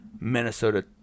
Minnesota